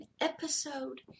episode